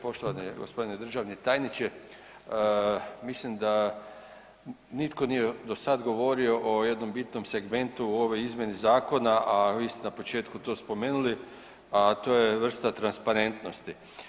Poštovani g. državni tajniče, mislim da nitko nije do sad govorio o jednom bitnom segmentu u ovoj izmjeni zakona, a vi ste na početku to spomenuli, a to je vrsta transparentnosti.